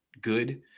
good